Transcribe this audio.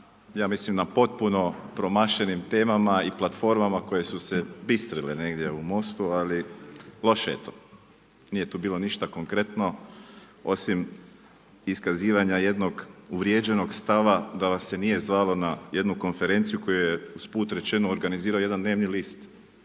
ja mislim na potpuno promašenim temama i platformama koje su se bistrile negdje u MOST-u, ali loše je to. Nije tu bilo ništa konkretno osim iskazivanja jednog uvrijeđenog stava da vas se nije zvalo na jednu konferenciju koja je, usput rečeno organizirao jedan dnevni list,